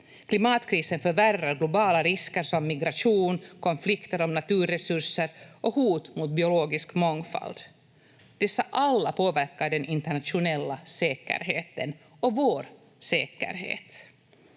Klimatkrisen förvärrar globala risker som migration, konflikter om naturresurser och hot mot biologisk mångfald. Dessa alla påverkar den internationella säkerheten och vår säkerhet.